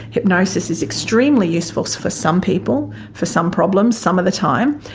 hypnosis is extremely useful for some people for some problems some of the time,